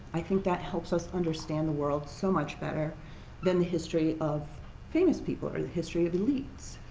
i think that helps us understand the world so much better than the history of famous people, or the history of elites.